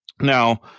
Now